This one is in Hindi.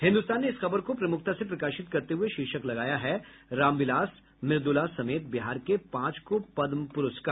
हिन्दुस्तान ने इस खबर को प्रमुखता से प्रकाशित करते हुए शीर्षक लगाया है रामविलास मृदुला समेत बिहार के पांच को पद्म पुरस्कार